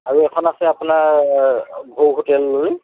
আৰু এখন আছে আপোনাৰ ভোগ হোটেল বুলি